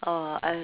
oh I